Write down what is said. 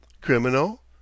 criminal